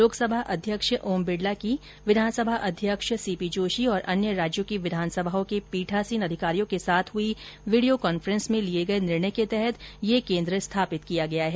लोकसभा अध्यक्ष ओम बिड़ला की विधानसभा अध्यक्ष सी पी जोशी और अन्य राज्यों की विधानसभाओं के पीठासीन अधिकारियों के साथ हुई वीडियो कांफ्रेस में लिए गए निर्णय के तहत ये केन्द्र स्थापित किया गया है